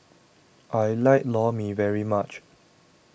I like Lor Mee very much